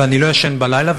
ואני לא ישן בלילה,